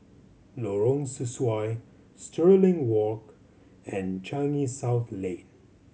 Lorong Sesuai Stirling Walk and Changi South Lane